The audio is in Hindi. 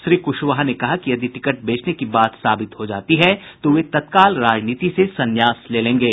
श्री क्शवाहा ने कहा कि यदि टिकट बेचने की बात साबित हो जाती है तो वे तत्काल राजनीति से सन्यास ले लेंगे